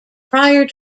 prior